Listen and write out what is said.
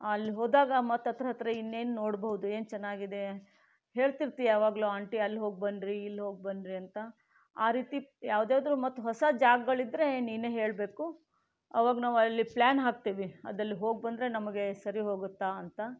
ಅಲ್ಲಿ ಹೋದಾಗ ಮತ್ತೆ ಹತ್ರ ಹತ್ರ ಇನ್ನೇನು ನೋಡ್ಬೋದು ಏನು ಚೆನ್ನಾಗಿದೆ ಹೇಳ್ತಿರ್ತಿ ಯಾವಗ್ಲೂ ಆಂಟಿ ಅಲ್ಲೋಗಿ ಬನ್ರಿ ಹೋಗಿ ಬನ್ರಿ ಅಂತ ಆ ರೀತಿ ಯಾವುದಾದ್ರೂ ಮತ್ತೆ ಹೊಸ ಜಾಗಗಳಿದ್ರೆ ನೀನೇ ಹೇಳ್ಬೇಕು ಅವಾಗ ನಾವು ಅಲ್ಲಿ ಫ್ಲಾನ್ ಹಾಕ್ತೀವಿ ಅದಲ್ಲಿ ಹೋಗ್ಬಂದ್ರೆ ನಮಗೆ ಸರಿ ಹೋಗುತ್ತಾ ಅಂತ